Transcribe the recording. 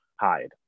hide